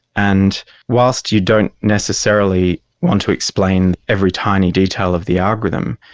and whilst you don't necessarily want to explain every tiny detail of the algorithm,